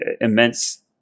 immense